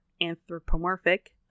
anthropomorphic